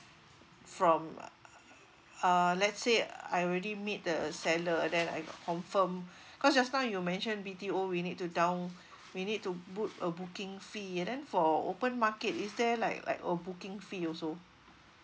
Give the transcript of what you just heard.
from uh let's say I already meet the seller then I confirm cause just now you mention B_T_O we need to down we need to book a booking fee and then for open market is there like like a booking fee also